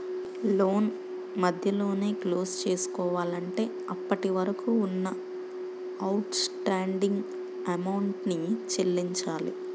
లోను మధ్యలోనే క్లోజ్ చేసుకోవాలంటే అప్పటివరకు ఉన్న అవుట్ స్టాండింగ్ అమౌంట్ ని చెల్లించాలి